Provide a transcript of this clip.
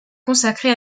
consacrer